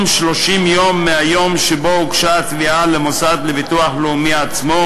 30 יום מהיום שבו הוגשה התביעה למוסד לביטוח לאומי עצמו,